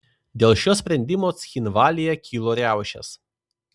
dėl šio sprendimo cchinvalyje kilo riaušės